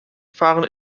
fahren